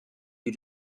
you